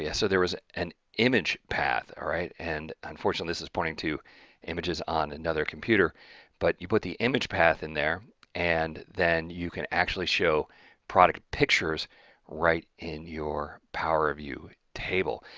yeah so there was an image path, all right, and unfortunately this is pointing to images on another computer but you put the image path in there and then you can actually show product pictures right in your power view table.